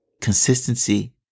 consistency